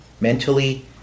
mentally